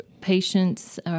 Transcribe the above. patients